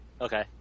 Okay